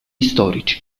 storici